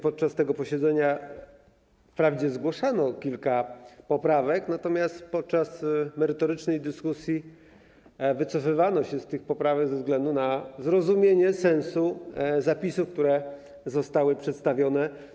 Podczas tego posiedzenia wprawdzie zgłoszono kilka poprawek, natomiast podczas merytorycznej dyskusji wycofano się z nich ze względu na zrozumienie sensu zapisów, które zostały przedstawione.